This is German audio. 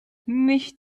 nicht